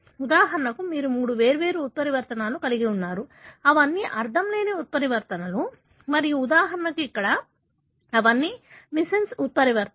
ఉదాహరణకు మీరు మూడు వేర్వేరు ఉత్పరివర్తనలు కలిగి ఉన్నారు అవన్నీ అర్ధంలేని ఉత్పరివర్తనలు మరియు ఉదాహరణకు ఇక్కడ అవన్నీ మిస్సెన్స్ ఉత్పరివర్తనలు